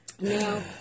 Now